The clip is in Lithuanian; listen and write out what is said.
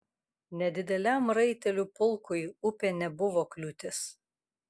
nedideliam raitelių pulkui upė nebuvo kliūtis